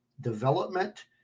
development